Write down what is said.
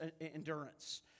endurance